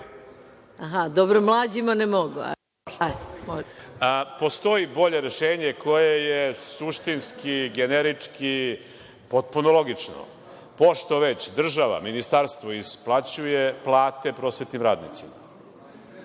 **Zoran Živković** Postoji bolje rešenje koje je suštinski, generički potpuno logično, pošto već država, ministarstvo isplaćuje plate prosvetnim radnicima.